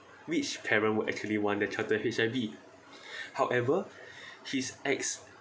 which parent would actually want their child to have H_I_V however his acts